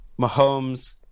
Mahomes-